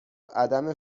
عدم